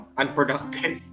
unproductive